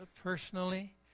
personally